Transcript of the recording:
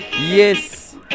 yes